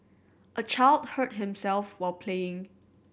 a child hurt himself while playing